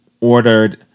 ordered